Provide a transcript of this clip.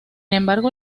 embargo